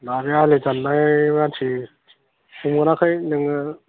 माबाया आलि दाननाय मानसि सोंहराखै नोङो